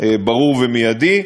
ברור ומיידי.